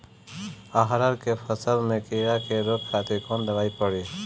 अरहर के फसल में कीड़ा के रोके खातिर कौन दवाई पड़ी?